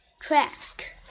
track